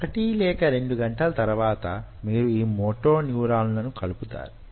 1 లేక 2 గంటల తర్వాత మీరు ఈ మోటో న్యూరాన్లు ను కలుపుతారు